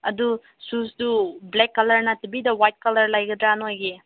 ꯑꯗꯣ ꯁꯨꯁꯇꯨ black colour ꯅꯠꯇꯕꯤꯗ ꯋꯥꯏꯠ ꯀꯂꯔ ꯂꯩꯒꯗ꯭ꯔꯥ ꯅꯣꯏꯒꯤ